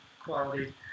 quality